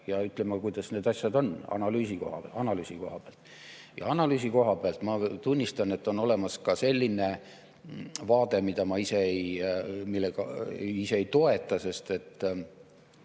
ja ütlema, kuidas need asjad on analüüsi koha pealt. Ja analüüsi koha pealt ma tunnistan, et on olemas ka selline vaade, mida ma ise ei toeta, sest see